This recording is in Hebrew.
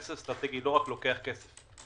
נכס אסטרטגי לא רק לוקח כסף.